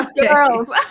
girls